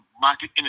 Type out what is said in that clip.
market